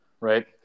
right